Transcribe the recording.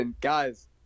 guys